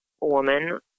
woman